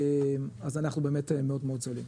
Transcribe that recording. אז אנחנו באמת מאוד מאוד זולים.